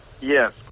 Yes